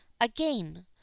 again